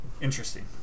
interesting